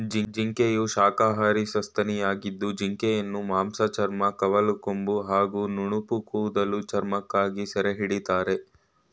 ಜಿಂಕೆಯು ಶಾಖಾಹಾರಿ ಸಸ್ತನಿಯಾಗಿದ್ದು ಜಿಂಕೆಯನ್ನು ಮಾಂಸ ಚರ್ಮ ಕವಲ್ಕೊಂಬು ಹಾಗೂ ನುಣುಪುಕೂದಲ ಚರ್ಮಕ್ಕಾಗಿ ಸೆರೆಹಿಡಿತಾರೆ